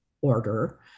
order